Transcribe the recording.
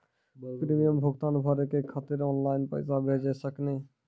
Premium भुगतान भरे के खातिर ऑनलाइन पैसा भेज सकनी?